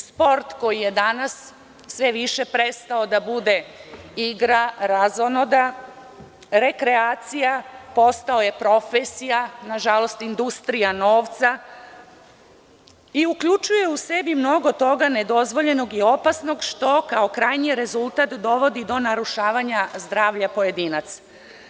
Sport koji je danas sve više prestao da bude igra, razonoda, rekreacija, postao je profesija, nažalost industrija novca i uključuje u sebe mnogo toga nedozvoljenog i opasnog, što kao krajnji rezultat dovodi do narušavanja zdravlja pojedinca.